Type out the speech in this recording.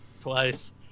twice